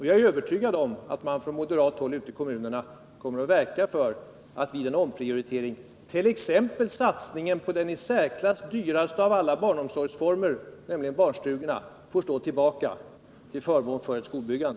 Jag är övertygad om att man på moderat håll ute i kommunerna kommer att verka för att vid en omprioritering t.ex. satsningen på den i särklass dyraste av alla barnomsorgsformer, nämligen barnstugorna, får stå tillbaka till förmån för ett skolbyggande.